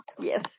Yes